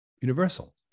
universal